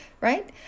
right